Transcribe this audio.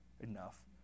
enough